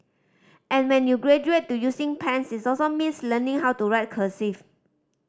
and when you graduate to using pens its also means learning how to write cursive